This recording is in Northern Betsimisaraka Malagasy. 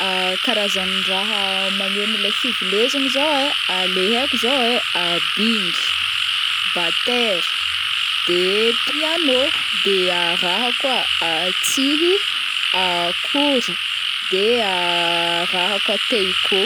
karazan-draha magneno leha fivileaigny zao ai, leha haiko zao ai: bingy, batèra, de piano, de raha koa tsihy, kora de raha koa taikô.